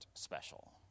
special